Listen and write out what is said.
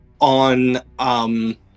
on